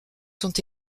sont